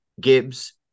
Gibbs